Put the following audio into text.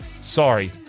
Sorry